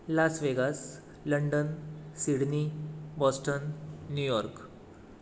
Las Vegas London Sydney Boston New York